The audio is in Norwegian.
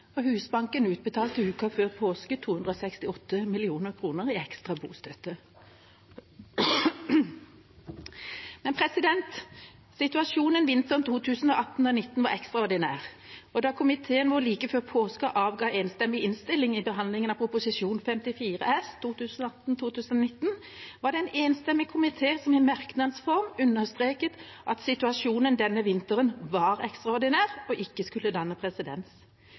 og Husbanken utbetalte uken før påske 268 mill. kr i ekstra bostøtte. Situasjonen vinteren 2018/2019 var ekstraordinær, og da komiteen like før påske avga en enstemmig innstilling i behandlingen av Prop. 54 S for 2018–2019, var det en enstemmig komité som i merknads form understreket at situasjonen denne vinteren var ekstraordinær og ikke skulle danne presedens.